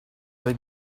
avec